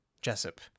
Jessup